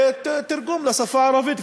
תרגום לשפה הערבית.